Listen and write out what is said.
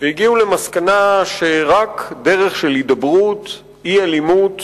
והגיעו למסקנה שרק דרך של הידברות, אי-אלימות,